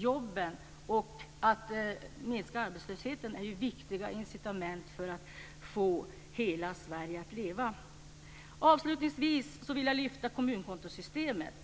Jobben, att minska arbetslösheten, är ju ett viktigt incitament för att få hela Sverige att leva. Avslutningsvis vill jag lyfta fram kommunkontosystemet.